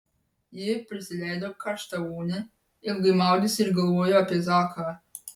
ji prisileido karštą vonią ilgai maudėsi ir galvojo apie zaką